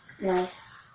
nice